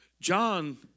John